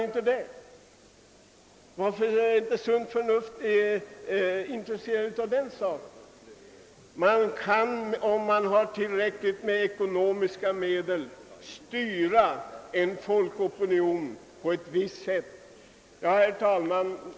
Varför är inte Sunt Förnuft intresserad av detta? Man kan om man har tillräckliga ekonomiska medel styra en folkopinion i en viss riktning. Herr talman!